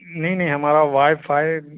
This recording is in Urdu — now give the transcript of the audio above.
نہیں نہیں ہمارا وائی فائی